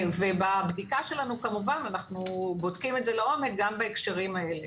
בבדיקה שלנו כמובן שאנחנו בודקים את זה לעומק גם בהקשרים האלה.